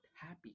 happy